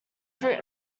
fruit